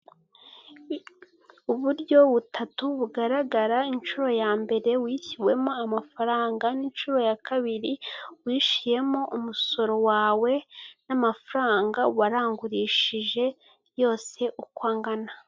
Ahantu hasa nk'ahantu abantu basohokera bisa nk'akabari cyangwa se ahantu abantu bajya kwiyakirira bakaba bahafatiramo amafunguro ya saa sita, hari mu ibara ry'umutuku, hariho intebe z'umutuku ndetse n'imitaka yayo iratukura, birasa nk'ahantu mu gipangu hakinjiramo n'imodoka z'abantu baba baje kubagana.